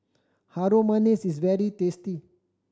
Harum Manis is very tasty